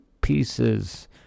pieces